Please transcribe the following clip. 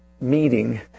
meeting